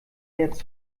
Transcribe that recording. jetzt